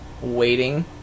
waiting